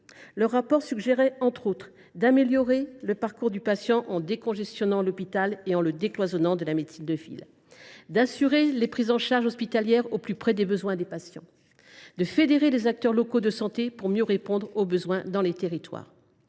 ils suggéraient entre autres d’améliorer le parcours du patient en décongestionnant l’hôpital et en le décloisonnant de la médecine de ville, d’assurer les prises en charge hospitalières au plus près des besoins des patients et de fédérer les acteurs locaux de santé pour mieux répondre aux besoins dans les territoires.